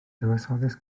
dywysoges